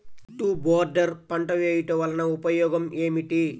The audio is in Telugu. చుట్టూ బోర్డర్ పంట వేయుట వలన ఉపయోగం ఏమిటి?